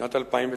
שנת 2009,